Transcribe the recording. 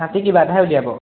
কাটি দিবা উলিয়াব